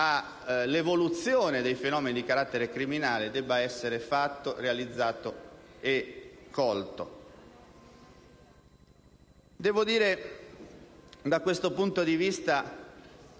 all'evoluzione dei fenomeni di carattere criminale, debba essere fatto, realizzato e colto. Da questo punto di vista,